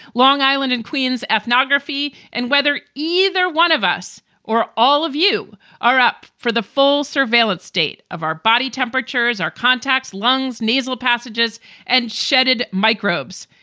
long island and queens ethnography. and whether either one of us or all of you are up for the full surveillance state of our body temperatures, our contacts, lungs, nasal passages and shedded microbes.